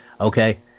Okay